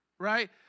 Right